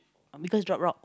oh because drop rock